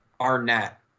Arnett